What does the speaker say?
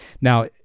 Now